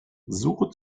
suche